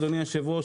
אדוני היושב-ראש,